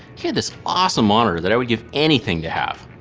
he had this awesome monitor that i would give anything to have.